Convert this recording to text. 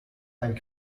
einen